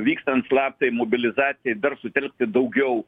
vykstant slaptai mobilizacijai dar sutelkti daugiau